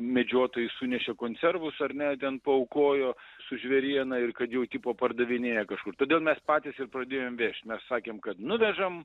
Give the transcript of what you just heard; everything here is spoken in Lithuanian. medžiotojai sunešė konservus ar ne ten paaukojo su žvėriena ir kad jau tipo pardavinėja kažkur todėl mes patys ir pradėjom vežt mes sakėm kad nuvežam